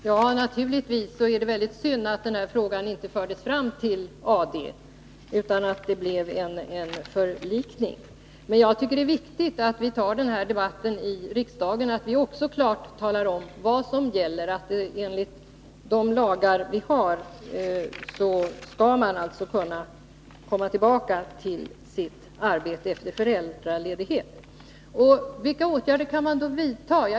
Herr talman! Det är naturligtvis synd att den här frågan inte fördes fram till AD utan att det blev en förlikning. Men jag tycker att det är viktigt att vi för debatten här i riksdagen och klart talar om vad som gäller — att man enligt de lagar vi har skall kunna komma tillbaka till sitt arbete efter föräldraledighet. Vilka åtgärder kan man då vidta?